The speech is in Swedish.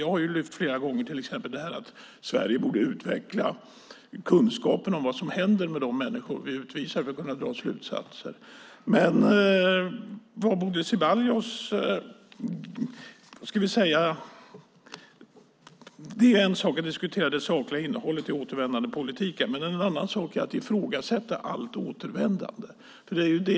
Jag har till exempel flera gånger lyft fram att Sverige borde utveckla kunskapen om vad som händer med de människor som vi utvisar för att kunna dra slutsatser. Det är en sak att diskutera det sakliga innehållet i återvändandepolitiken, men det är en annan sak att ifrågasätta allt återvändande.